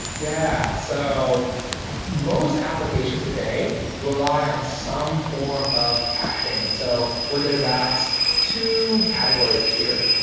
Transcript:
yeah. so most applications today rely on some form of caching, and so whether that's two categories here.